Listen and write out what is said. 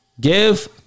Give